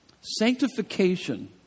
Sanctification